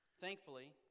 thankfully